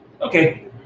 okay